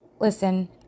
Listen